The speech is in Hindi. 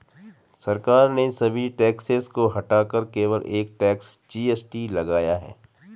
सरकार ने सभी टैक्सेस को हटाकर केवल एक टैक्स, जी.एस.टी लगाया है